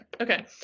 Okay